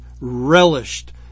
relished